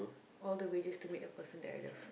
all the way just to meet the person that I love